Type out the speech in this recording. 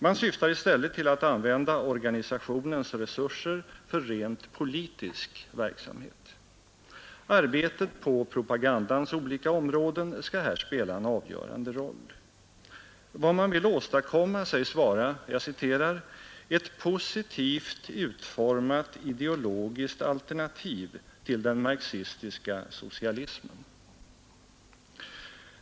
Man syftar i stället till att använda organisationens resurser för rent politisk verksamhet. Arbetet på propagandans olika områden skall här spela en avgörande roll. Vad man vill åstadkomma säges vara ”ett positivt utformat ideologiskt alternativ till den marxistiska socialismen”.